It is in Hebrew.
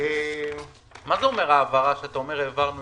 מה זאת אומרת, העברה